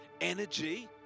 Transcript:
energy